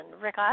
Rick